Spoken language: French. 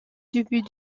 début